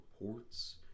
reports